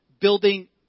building